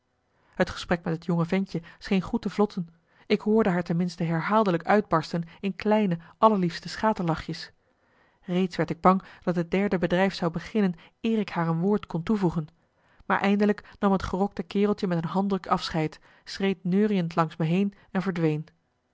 het gesprek met het jonge ventje scheen goed te vlotten ik hoorde haar ten minste herhaaldelijk uitbarsten in kleine allerliefste schaterlachjes reeds werd ik bang dat het derde bedrijf zou beginnen eer ik haar een woord kon toevoegen maar eindelijk nam het gerokte kereltje met een handdruk afscheid schreed neurieënd langs me heen en verdween